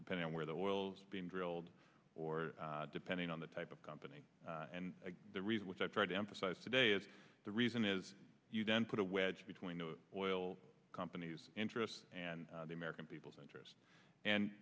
depending on where the oil being drilled or depending on the type of company and the reason which i tried to emphasize today is the reason is you then put a wedge between the oil company's interest and the american people's interest and